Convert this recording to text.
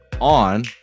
on